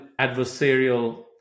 adversarial